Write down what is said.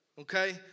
Okay